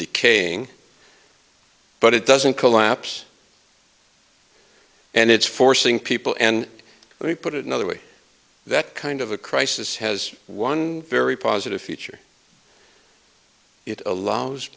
cane but it doesn't collapse and it's forcing people and let me put it another way that kind of a crisis has one very positive feature it allows